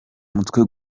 mutwe